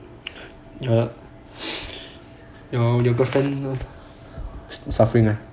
your girlfriend suffering ah